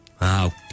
Wow